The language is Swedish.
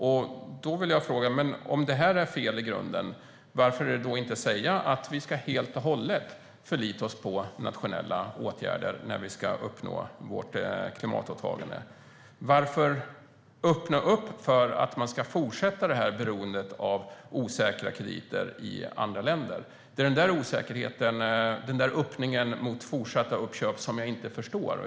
Om då detta är fel i grunden, varför säger man då inte att vi helt och hållet ska förlita oss på nationella åtgärder när vi ska uppnå vårt klimatåtagande? Varför öppna upp för att fortsätta detta beroende av osäkra krediter i andra länder? Det är denna osäkerhet och öppningen mot fortsatta uppköp som jag inte förstår.